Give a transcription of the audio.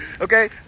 Okay